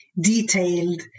detailed